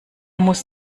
muss